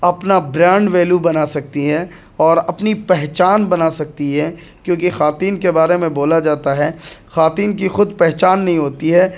اپنا brand value بنا سکتی ہے اور اپنی پہچان بنا سکتی ہے کیونکہ خواتین کے بارے میں بولا جاتا ہے خواتین کی خود پہچان نہیں ہوتی ہے